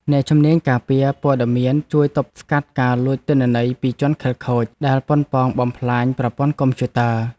អ្នកជំនាញការពារព័ត៌មានជួយទប់ស្កាត់ការលួចទិន្នន័យពីជនខិលខូចដែលប៉ុនប៉ងបំផ្លាញប្រព័ន្ធកុំព្យូទ័រ។